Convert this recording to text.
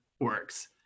Works